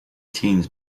teens